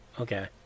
Okay